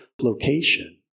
location